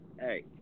Hey